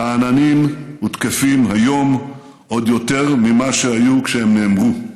רעננים ותקפים היום עוד יותר ממה שהיו כשהם נאמרו.